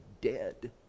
dead